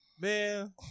Man